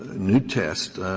new test